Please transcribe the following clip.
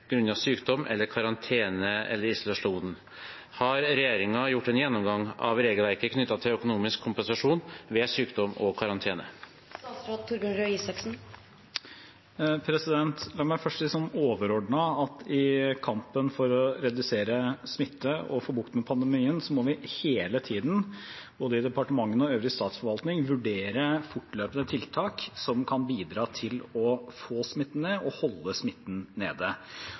sykdom eller karantene/isolasjon. Har regjeringen foretatt en gjennomgang av regelverket knyttet til økonomisk kompensasjon?» La meg først si overordnet at i kampen for å redusere smitte og få bukt med pandemien må vi hele tiden både i departementene og øvrig statsforvaltning vurdere fortløpende tiltak som kan bidra til å få smitten ned og holde smitten nede.